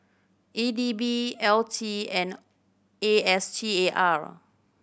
E D B L T and A S T A R